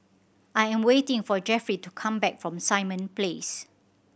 I am waiting for Jeffry to come back from Simon Place